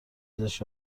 پزشک